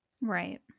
Right